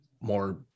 more